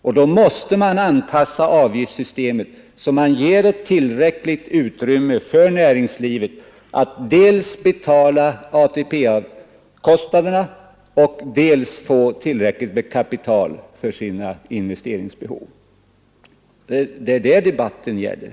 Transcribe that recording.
Men då måste man anpassa avgiftssystemet så att man ger ett tillräckligt utrymme för näringslivet att dels betala ATP-kostnaderna, dels få tillräckligt med kapital för sina investeringsbehov. Det är detta debatten här gäller.